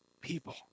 people